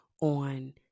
on